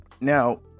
Now